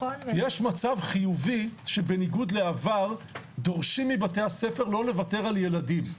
יש מצב חיובי שבניגוד לעבר דורשים מבתי הספר לא לוותר על ילדים,